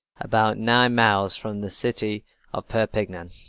about nine miles from the city of perpignan.